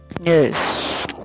Yes